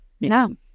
No